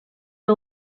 que